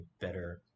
better